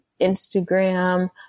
Instagram